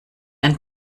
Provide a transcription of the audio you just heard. ein